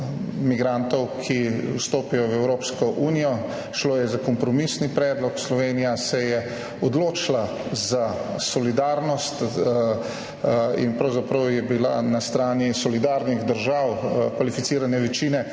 migrantov, ki vstopijo v Evropsko unijo. Šlo je za kompromisni predlog. Slovenija se je odločila za solidarnost in pravzaprav je bila na strani solidarnih držav, kvalificirane večine,